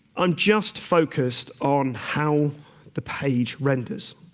i'm just focused on how the page renders.